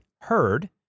heard